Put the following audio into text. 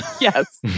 yes